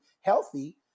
healthy